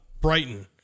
Brighton